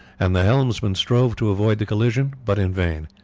and the helmsman strove to avoid the collision, but in vain.